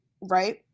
right